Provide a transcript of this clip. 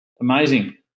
Amazing